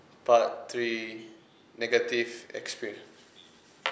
part three negative experience